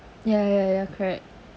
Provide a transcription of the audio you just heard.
ya ya ya correct